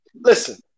listen